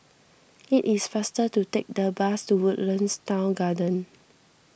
it is faster to take the bus to Woodlands Town Garden